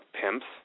pimps